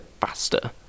faster